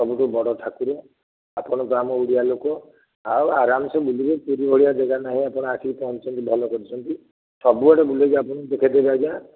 ସବୁଠୁ ବଡ଼ ଠାକୁର ଆପଣ ତ ଆମ ଓଡ଼ିଆ ଲୋକ ଆଉ ଆରାମ ସେ ବୁଲିବେ ପୁରୀ ଭଳିଆ ଜା ଗା ନାହିଁ ଆପଣ ଆସିକି ପହଁଚିଛନ୍ତି ଭଲ କରିଛନ୍ତି ସବୁଆଡ଼େ ବୁଲାଇକି ଆପଣଙ୍କୁ ଦେଖାଇ ଦେବି ଆଜ୍ଞା